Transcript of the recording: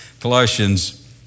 Colossians